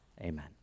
Amen